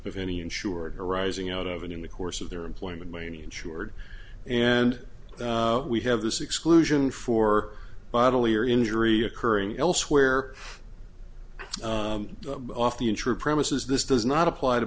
of any insured arising out of an in the course of their employment maney insured and we have this exclusion for bodily or injury occurring elsewhere off the insurer premises this does not apply to